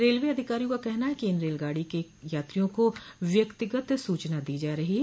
railway अधिकारियों का कहना है कि इन रेलगाडो के यात्रियों को व्यक्तिगत सूचना दी जा रही है